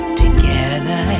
together